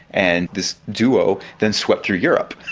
and this duo then swept through europe,